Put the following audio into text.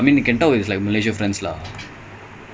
ah